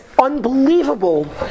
unbelievable